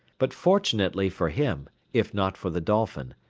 but fortunately for him, if not for the dolphin,